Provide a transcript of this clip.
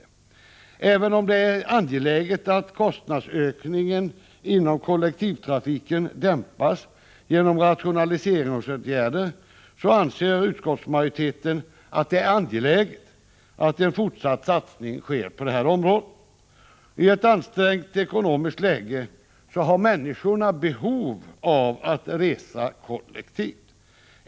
och regional Även om det är angeläget att kostnadsökningen inom kollektivtrafiken kollektiv persondämpas genom rationaliseringsåtgärder anser utskottsmajoriteten att det är trafik viktigt att en fortsatt satsning sker på detta område. I ett ansträngt ekonomiskt läge har människor behov av att resa kollektivt.